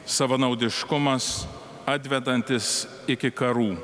savanaudiškumas atvedantis iki karų